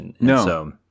No